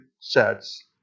sets